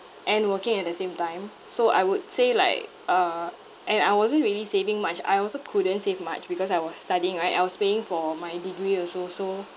and working at the same time so I would say like uh and I wasn't really saving much I also couldn't save much because I was studying right I was paying for my degree also so